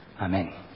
Amen